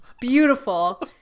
beautiful